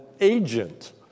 agent